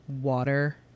water